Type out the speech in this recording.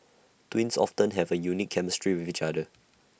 twins often have A unique chemistry with each other